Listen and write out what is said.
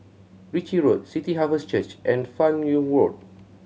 Ritchie Road City Harvest Church and Fan Yoong Road